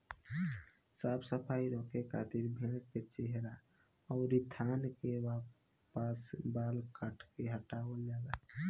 साफ सफाई रखे खातिर भेड़ के चेहरा अउरी थान के आस पास के बाल काट के हटावल जाला